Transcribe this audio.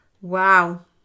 Wow